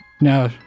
No